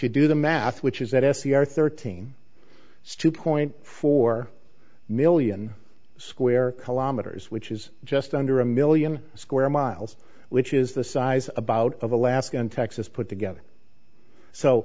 you do the math which is that s t r thirteen stu point four million square kilometers which is just under a million square miles which is the size about of alaska and texas put together so